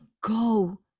go